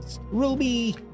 Ruby